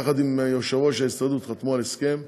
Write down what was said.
יחד עם יושב-ראש ההסתדרות, חתמו על הסכם לגביהם.